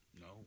No